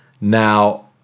Now